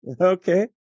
Okay